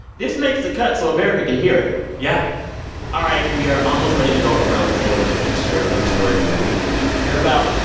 this makes the cut so america can hear it yeah all right, we are almost ready to go around the table and each share a new story from the week that we care about.